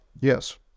Yes